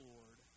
Lord